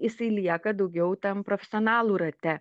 jisai lieka daugiau tam profesionalų rate